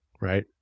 right